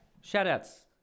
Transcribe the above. shout-outs